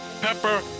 pepper